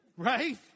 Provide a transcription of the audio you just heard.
right